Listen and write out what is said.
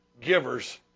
givers